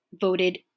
voted